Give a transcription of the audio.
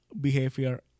behavior